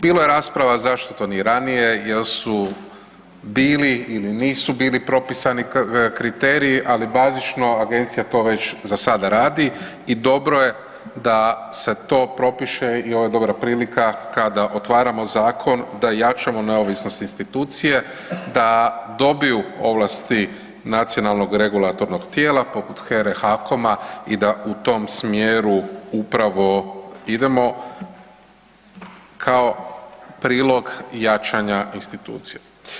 Bilo je rasprava zašto to nije ranije jer su bili ili nisu bili propisani kriteriji, ali bazično Agencija to već za sada radi i dobro je da se to propiše i ovo je dobra prilika kada otvaramo zakon da jačamo neovisnost institucije da dobiju ovlasti nacionalnog regulatornog tijela poput HERA-e, HAKOM-a i da u tom smjeru upravo idemo kao prilog jačanja institucije.